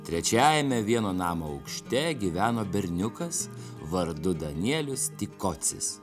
trečiajame vieno namo aukšte gyveno berniukas vardu danielius tikocis